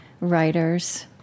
writers